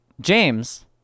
James